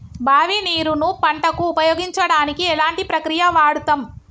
బావి నీరు ను పంట కు ఉపయోగించడానికి ఎలాంటి ప్రక్రియ వాడుతం?